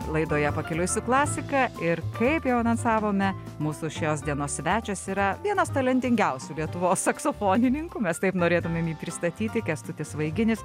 laidoje pakeliui su klasika ir kaip jau anonsavome mūsų šios dienos svečias yra vienas talentingiausių lietuvos saksofonininkų mes taip norėtumėm jį pristatyti kęstutis vaiginis